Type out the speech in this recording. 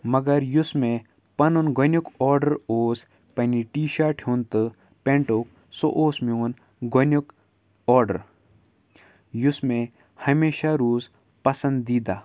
مگر یُس مےٚ پَنُن گۄڈٕنیُک آرڈر اوس پنٛنہِ ٹی شاٹہِ ہُنٛدۍ تہٕ پٮ۪نٛٹُک سُہ اوس میون گۄڈٕنیُک آرڈر یُس مےٚ ہمیشہ روٗز پَسَنٛدیٖدہ